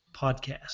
podcast